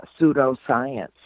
pseudoscience